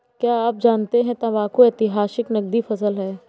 क्या आप जानते है तंबाकू ऐतिहासिक नकदी फसल है